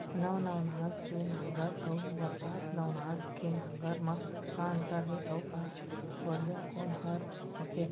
नौ नवनास के नांगर अऊ बरसात नवनास के नांगर मा का अन्तर हे अऊ बढ़िया कोन हर होथे?